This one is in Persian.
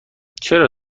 چرا